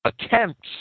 attempts